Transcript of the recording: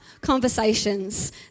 conversations